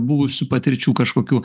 buvusių patirčių kažkokių